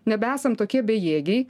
nebesam tokie bejėgiai